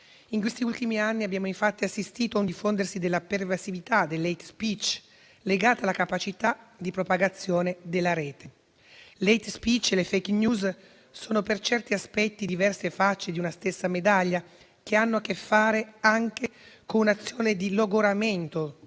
In questi ultimi anni, abbiamo infatti assistito a un diffondersi della pervasività dell'*hate speech*, legata alla capacità di propagazione della Rete. L'*hate speech* e le *fake news* sono per certi aspetti diverse facce di una stessa medaglia, che hanno a che fare anche con un'azione di logoramento